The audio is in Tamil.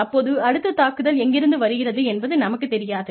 அப்போது அடுத்த தாக்குதல் எங்கிருந்து வருகிறது என்பது நமக்குத் தெரியாது